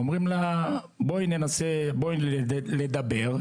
אומרים לה 'בואי לדבר',